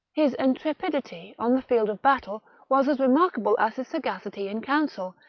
his intrepidity on the field of battle was as remarkable as his sagacity in council,